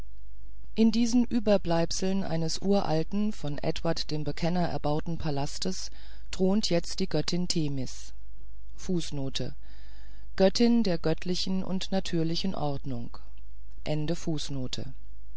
in diesen überbleibseln eines uralten von eduard dem bekenner erbauten palastes thront jetzt die göttin themis fußnote göttin der göttlichen und natürlichen